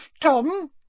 Tom